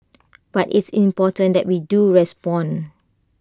but it's important that we do respond